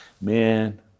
man